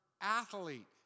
athlete